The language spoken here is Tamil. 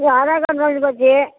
என் ஆதார் கார்டு தொலைஞ்சுப் போச்சு